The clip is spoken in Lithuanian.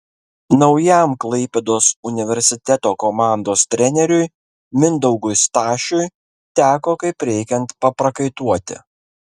naujam klaipėdos universiteto komandos treneriui mindaugui stašiui teko kaip reikiant paprakaituoti